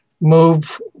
move